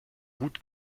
gut